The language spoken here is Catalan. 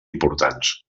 importants